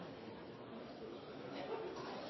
neste.